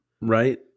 Right